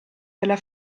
della